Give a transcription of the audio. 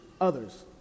others